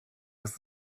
with